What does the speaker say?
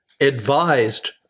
advised